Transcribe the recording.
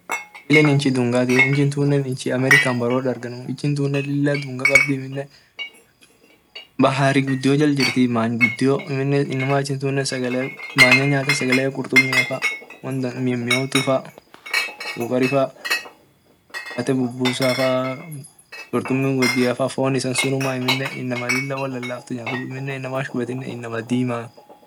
Inchi lile inchi dungati inchi tunne inchi american boro dargenu inchi tunne lila dunga kabdi amine many gudio jirti amine inama achi sunne sagale manya nyata kurtumi faa won mimiotufaa sokari faa mukate faa kurtumi wodiafaa won isan nyaten sun won lalaftu amine inama ach kubet inama dima.